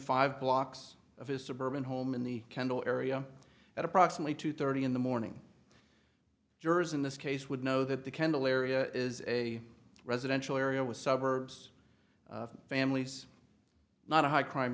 five blocks of his suburban home in the kendall area at approximately two thirty in the morning jurors in this case would know that the kendall area is a residential area with suburbs families not a high crime